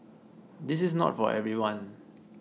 this is not for everyone